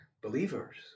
believers